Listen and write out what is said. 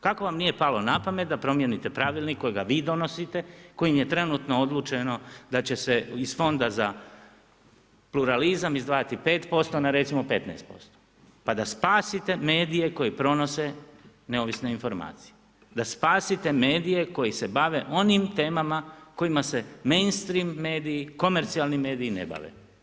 Kako vam nije palo na pamet da promijenite pravilnik kojega vi donosite, kojim je trenutno odlučeno da će se iz fonda za pluralizam izdvajati 4% na recimo 15% pa da spasite medije koji pronose neovisne informacije, da spasite medije koji se bave onim temama kojima se mainstream mediji, komercijalni mediji ne bave?